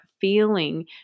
feeling